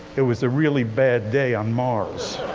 it was a really bad day on mars.